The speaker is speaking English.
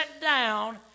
down